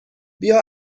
بیا